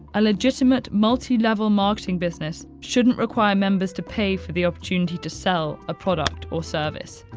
a legitimate multi-level marketing business shouldn't require members to pay for the opportunity to sell a product or service.